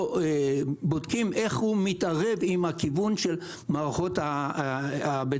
בודקים איך הוא מתערב עם הכיוון של המערכות הבטיחותיות.